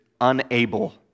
unable